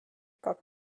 как